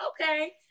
okay